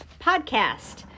Podcast